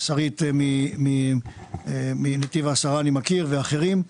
את שרית מנתיב העשרה אני מכיר ואחרים,